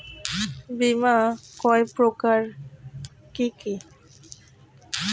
বীমা কয় প্রকার কি কি?